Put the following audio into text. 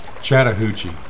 Chattahoochee